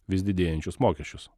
vis didėjančius mokesčius